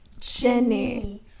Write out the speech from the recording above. Jenny